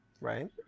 Right